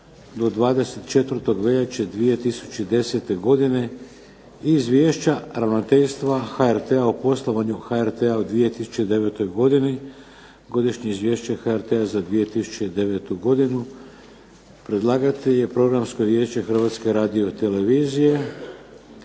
do 24. veljače 2010. godine, Izvješća ravnateljstva HRT-a o poslovanju HRT-a u 2009. godinu, Godišnje Izvješće HRT-a za 2009. Predlagatelj Programsko vijeće Hrvatske televizije.